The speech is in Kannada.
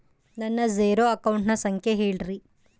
ನನ್ನ ಜೇರೊ ಅಕೌಂಟಿನ ಸಂಖ್ಯೆ ಹೇಳ್ರಿ?